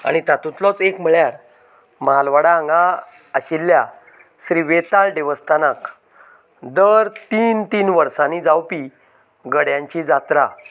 आनी तातुंतलोच एक म्हळ्यार मालवडा हांगां आशिल्ल्या श्री वेताळ देवस्थानाक दर तीन तीन वर्सांनी जावपी गड्यांची जात्रा